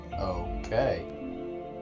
Okay